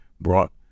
brought